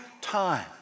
time